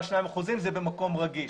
במקום רגיש,